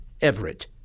Everett